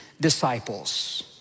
disciples